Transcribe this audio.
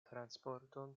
transporton